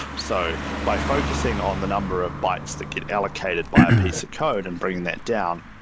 so by focusing on the number of bytes that get allocated by a piece of code and bringing that down,